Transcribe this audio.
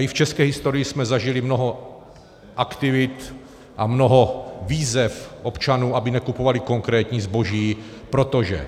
I v české historii jsme zažili mnoho aktivit a mnoho výzev občanů, aby nekupovali konkrétní zboží, protože...